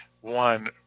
one